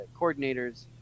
coordinators